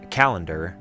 calendar